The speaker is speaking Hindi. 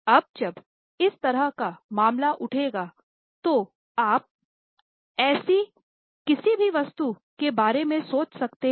अब जब इस तरह का मामला उठेगा तो क्या आप ऐसी किसी भी वस्तु के बारे में सोच सकते हैं